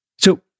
So-